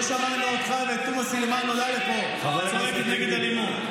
לא שמענו אותך ואת תומא סלימאן עולה לפה וצועקת נגד אלימות.